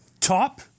Top